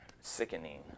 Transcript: sickening